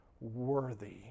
worthy